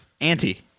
Anti